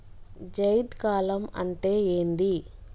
జైద్ కాలం అంటే ఏంది?